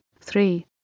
three